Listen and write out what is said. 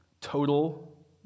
total